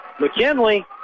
McKinley